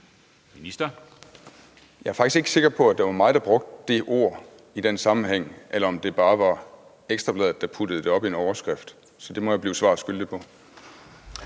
Jeg er faktisk ikke sikker på, at det var mig, der brugte det ord i den sammenhæng, eller om det bare var Ekstra Bladet, der puttede det op i en overskrift. Så der må jeg blive svar skyldig.